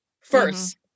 first